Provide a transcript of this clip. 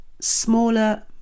smaller